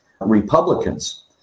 republicans